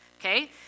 okay